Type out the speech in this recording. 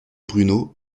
bruno